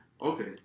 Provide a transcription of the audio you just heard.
Okay